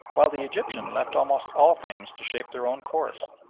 while the egyptian left almost all things to shape their own course,